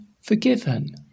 forgiven